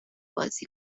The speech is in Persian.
بازی